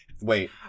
Wait